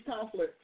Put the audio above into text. conflicts